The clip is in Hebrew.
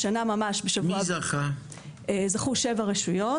ה-80 מיליון ₪ האלה גם כללו רשויות